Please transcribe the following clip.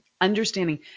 understanding